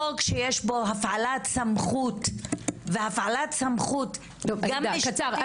חוק שיש בו הפעלת סמכות והפעלת סמכות גם משטרתית וגם שיפוטית,